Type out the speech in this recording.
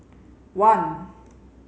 one